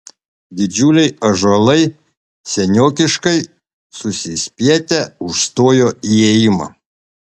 didžiuliai ąžuolai seniokiškai susispietę užstojo įėjimą